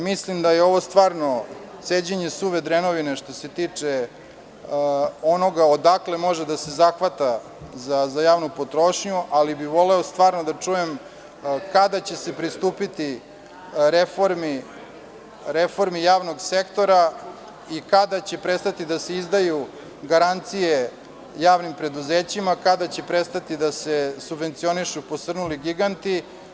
Mislim da je ovo stvarno ceđenje suve drenovine, što se tiče onoga odakle može da se zahvata za javnu potrošnju, ali bih voleo stvarno da čujem kada će se pristupiti reformi javnog sektora, kada će prestati da se izdaju garancije javnim preduzećima i kada će prestati da se subvencionišu posrnuli giganti?